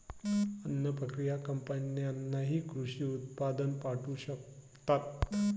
अन्न प्रक्रिया कंपन्यांनाही कृषी उत्पादन पाठवू शकतात